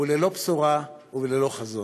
והוא ללא בשורה וללא חזון.